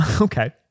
okay